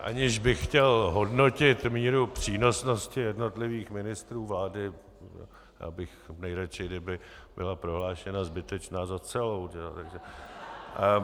Aniž bych chtěl hodnotit míru přínosnosti jednotlivých ministrů vlády , já bych nejradši, kdyby byla prohlášena za zbytečnou celá.